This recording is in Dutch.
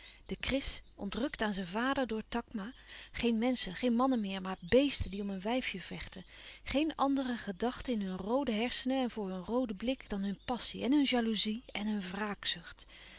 de kris ontrukt aan zijn vader door takma geen menschen geen mannen meer maar bèesten die om een wijfje vechten geen andere gedachten in hun roode hersenen en voor hun rooden blik dan hun passie en hun jaloezie en hun